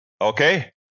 Okay